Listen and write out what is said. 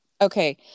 Okay